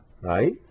right